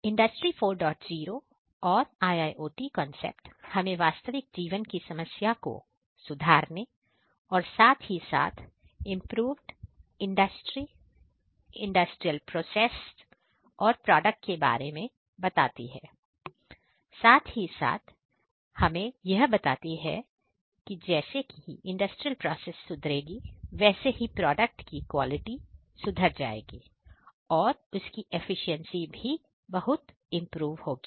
industry 40 और IIOT concept हमें वास्तविक जीवन की समस्या को सुधारने और साथ ही साथ में इंप्रूव्ड इंडस्ट्री भी इंप्रूव होगी